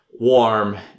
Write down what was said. warm